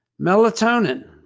Melatonin